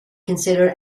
considered